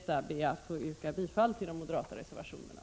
Jag ber att få yrka bifall till de moderata reservationerna.